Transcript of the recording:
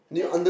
then